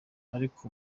ariko